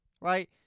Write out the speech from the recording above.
Right